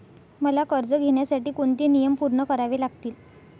मला कर्ज घेण्यासाठी कोणते नियम पूर्ण करावे लागतील?